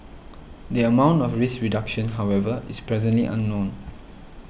the amount of risk reduction however is presently unknown